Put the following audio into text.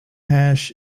hash